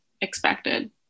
expected